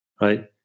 right